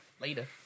Later